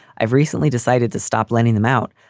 i've recently decided to stop lending them out,